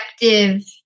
effective